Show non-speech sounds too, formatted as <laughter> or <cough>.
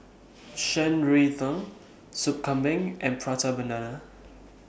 Shan Rui <unintelligible> Sop Kambing and Prata Banana